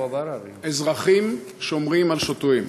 אזרחים שומרים על שוטרים.